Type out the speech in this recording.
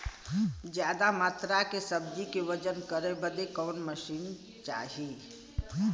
ज्यादा मात्रा के सब्जी के वजन करे बदे कवन मशीन चाही?